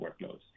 workloads